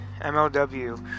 mlw